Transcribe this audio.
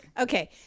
Okay